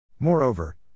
Moreover